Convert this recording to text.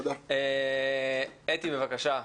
אתי, בבקשה.